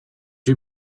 you